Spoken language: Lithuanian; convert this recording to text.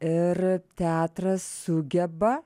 ir teatras sugeba